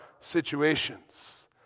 situations